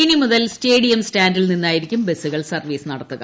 ഇനി മുതൽ സ്റ്റേഡിയം സ്റ്റാൻഡിൽ നിന്നായിരിക്കും ബസ്സുകൾ സർവീസ് നടത്തുക